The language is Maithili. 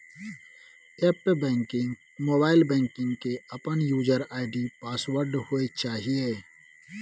एप्प बैंकिंग, मोबाइल बैंकिंग के अपन यूजर आई.डी पासवर्ड होय चाहिए